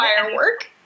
firework